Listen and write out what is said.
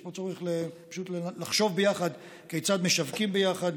יש פה צורך פשוט לחשוב ביחד כיצד משווקים ביחד.